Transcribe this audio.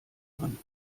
man